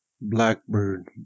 Blackbird